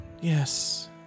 Yes